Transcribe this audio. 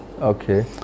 Okay